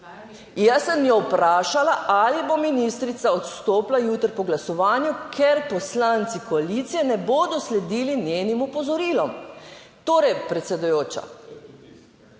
Jaz sem jo vprašala ali bo ministrica odstopila jutri po glasovanju, ker poslanci koalicije ne bodo sledili njenim opozorilom. Torej, predsedujoča...